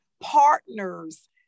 partners